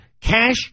Cash